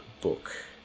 book